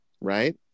right